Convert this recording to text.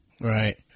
right